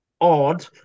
odd